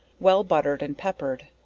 well buttered and peppered,